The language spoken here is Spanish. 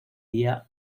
día